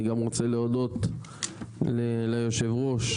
אני גם רוצה להודות ליושב הראש,